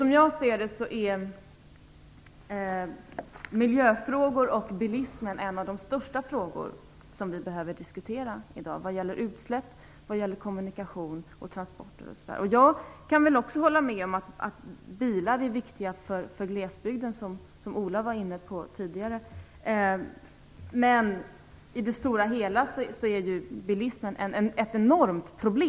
Som jag ser det är miljöfrågor och bilismen ett av de största områden som vi behöver diskutera när det gäller utsläpp, kommunikationer och transporter. Också jag kan hålla med om att bilar är viktiga för glesbygden - som Ola Sundell tidigare var inne på. Men i det stora hela utgör bilismen ett mycket stort problem.